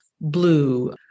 blue